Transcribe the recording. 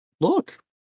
Look